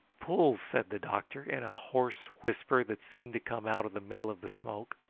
pull! said the doctor in a hoarse whisper that seemed to come out of the middle of the smoke.